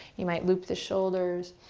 you might loop the shoulders.